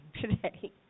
today